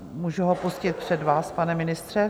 Můžu ho pustit před vás, pane ministře?